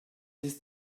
ist